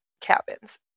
cabins